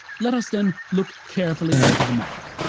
let us then look carefully into the matter.